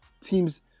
teams